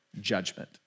judgment